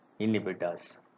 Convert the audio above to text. inhibitors